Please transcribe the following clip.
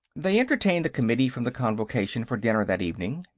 they entertained the committee from the convocation for dinner, that evening.